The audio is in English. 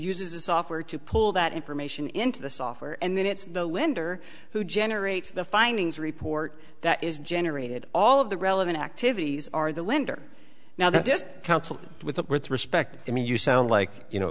uses a software to pull that information into the software and then it's the lender who generates the findings report that is generated all of the relevant activities are the lender now the debt counseling with respect i mean you sound like you know